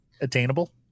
attainable